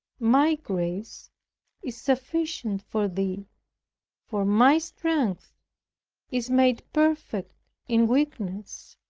my grace is sufficient for thee for my strength is made perfect in weakness.